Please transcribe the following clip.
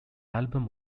album